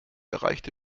erreichte